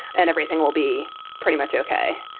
and everything will be pretty much ok.